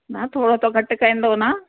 न थोरो त घटि कंदो न